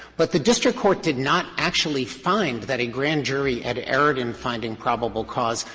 but the district court did not actually find that a grand jury had erred in finding probable cause,